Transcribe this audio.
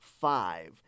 Five